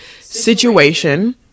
situation